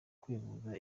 kwivuza